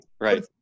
right